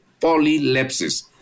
polylepsis